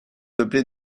peuplé